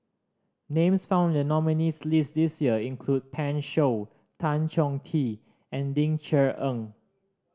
names found in the nominees' list this year include Pan Shou Tan Chong Tee and Ling Cher Eng